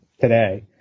today